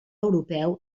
europeu